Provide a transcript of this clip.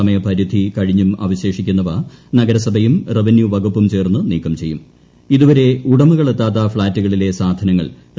സമയപരിധി കഴിഞ്ഞും അവശേഷിക്കുന്നവ നഗരസഭയും റവന്യൂ വകുപ്പും ചേർന്ന് നീക്കം ഇതുവരെ ഉടമകളെത്താത്ത ഫ്ളാറ്റുകളിലെ സാധനങ്ങൾ ചെയ്യും